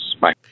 Bye